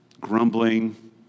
grumbling